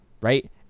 Right